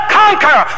conquer